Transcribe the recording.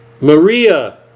Maria